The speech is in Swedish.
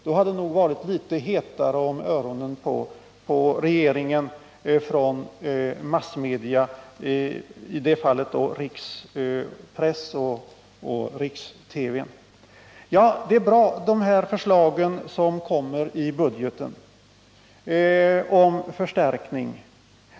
Då hade nog massmedia — rikstidningar och TV — sett till att det blivit hetare om öronen på regeringen. De förslag om förstärkning som läggs fram i budgeten är bra.